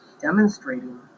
demonstrating